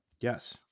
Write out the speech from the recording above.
Yes